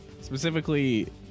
specifically